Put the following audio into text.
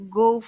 go